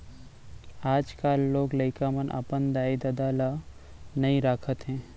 आजकाल लोग लइका मन अपन दाई ददा ल नइ राखत हें